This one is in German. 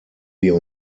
wir